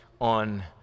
on